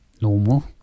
normal